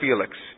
Felix